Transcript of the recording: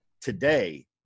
today